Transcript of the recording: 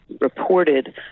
reported